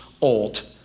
old